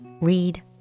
read